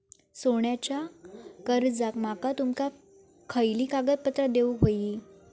सोन्याच्या कर्जाक माका तुमका खयली कागदपत्रा देऊक व्हयी?